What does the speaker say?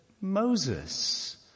Moses